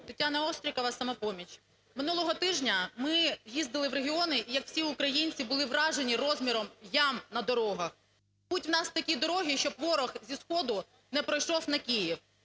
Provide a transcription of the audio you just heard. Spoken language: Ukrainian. Тетяна Острікова, "Самопоміч". Минулого тижня ми їздили в регіони і як всі українці були вражені розміром ям на дорогах. Будь в нас такі дороги, щоб ворог зі сходу не пройшов на Київ,